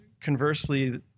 conversely